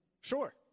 Sure